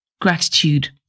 gratitude